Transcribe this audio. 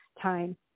time